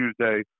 Tuesday